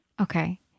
okay